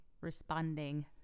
responding